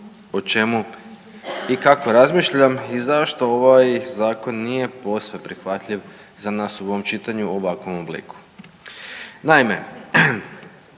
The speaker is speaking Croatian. o čemu i kako razmišljam i zašto ovaj zakon nije posve prihvatljiv za nas u ovom čitanju u ovakvom obliku. Naime,